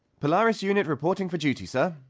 polaris unit reporting for duty, sir!